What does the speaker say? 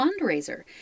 fundraiser